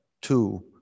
two